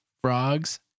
frogs